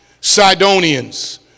Sidonians